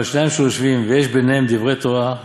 אבל שניים שיושבין ויש ביניהם דברי תורה,